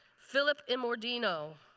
philip inordino,